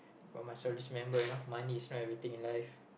but must always remember you know money is not everything in life